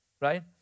right